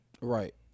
Right